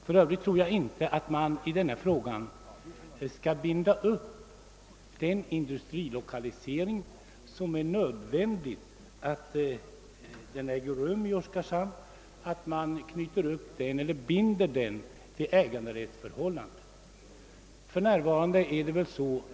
För övrigt anser jag att den industrilokalisering som är nödvändig i Oskarshamn inte bör bindas vid vissa äganderättsförhållanden.